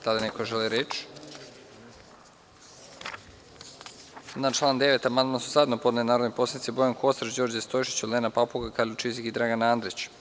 Da li neko želi reč? (Ne.) Na član 9. amandman su zajedno podneli narodni poslanici Bojan Kostreš, Đorđe Stojšić, Olena Papuga, Karolj Čizik i Dragan Andrić.